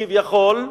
כביכול,